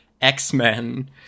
X-Men